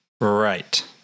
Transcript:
Right